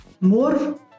more